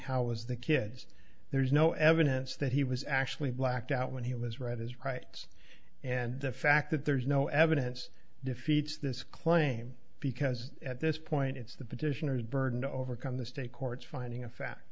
how was the kids there's no evidence that he was actually blacked out when he was read his rights and the fact that there's no evidence defeats this claim because at this point it's the petitioner burden to overcome the state courts finding of fa